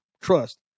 Trust